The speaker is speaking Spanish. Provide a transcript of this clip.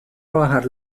bajar